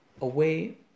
away